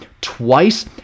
twice